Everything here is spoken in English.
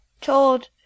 told